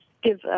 Give